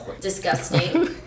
disgusting